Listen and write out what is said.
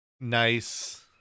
nice